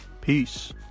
Peace